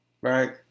right